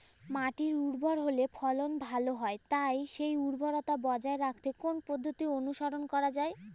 মাটি উর্বর হলে ফলন ভালো হয় তাই সেই উর্বরতা বজায় রাখতে কোন পদ্ধতি অনুসরণ করা যায়?